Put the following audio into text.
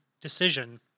decision